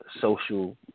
social